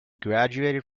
graduated